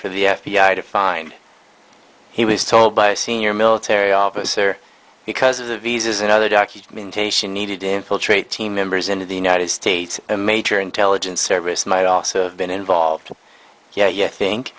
for the f b i to find he was told by a senior military officer because of the visas and other documentation needed infiltrate team members into the united states a major intelligence service might also have been involved yeah i think